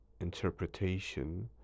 interpretation